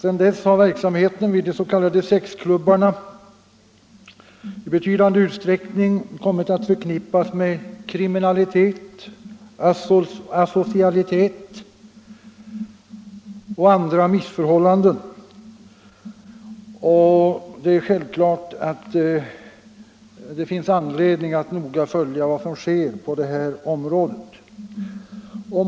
Sedan dess har verksamheten vid de s.k. sexklubbarna i betydande utsträckning kommit att förknippas med kriminalitet, asocialitet och andra missförhållanden, och det är självklart anledning att noga följa vad som sker på området.